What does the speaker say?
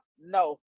No